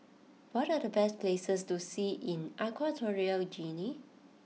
what are the best places to see in Equatorial Guinea